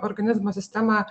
organizmo sistemą